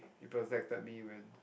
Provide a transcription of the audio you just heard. protected me when